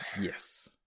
Yes